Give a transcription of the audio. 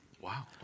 wow